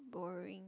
boring